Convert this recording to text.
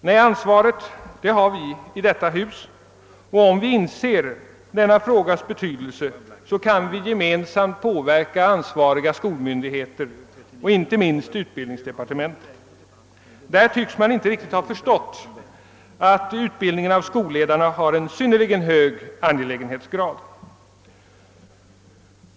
Nej, ansvaret har vi i detta hus, och om vi inser denna frågas betydelse kan vi gemensamt påverka ansvariga skolmyndigheter, inte minst utbildningsdepartementet. Där tycks man inte riktigt ha förstått, att utbildningen av skolledarna har synnerligen hög angelägenhetsgrad.